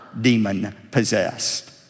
demon-possessed